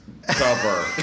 cover